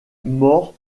mort